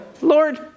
Lord